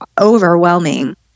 overwhelming